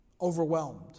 overwhelmed